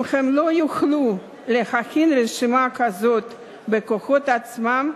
אם הם לא יכלו להכין רשימה כזאת בכוחות עצמם,